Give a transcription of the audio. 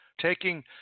taking